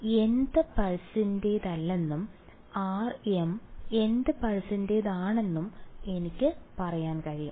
അതിനാൽ rm nth പൾസിന്റേതല്ലെന്നും rm nth പൾസിന്റേതാണെന്നും എനിക്ക് പറയാൻ കഴിയും